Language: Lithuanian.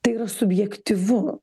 tai yra subjektyvu